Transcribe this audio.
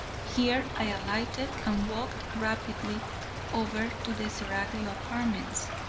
here i alighted and walked rapidly over to the seraglio apartments.